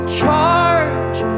charge